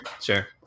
Sure